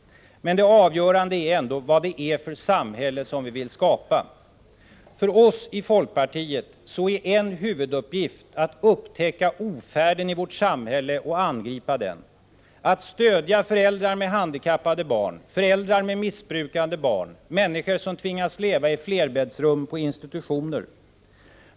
Men det avgörande är ändå vad det är för samhälle som vi vill skapa. För oss i folkpartiet är en huvuduppgift att upptäcka ofärden i vårt samhälle och angripa den — att stödja föräldrar med handikappade barn, föräldrar med missbrukande barn, människor som tvingas leva i flerbäddsrum på institutioner.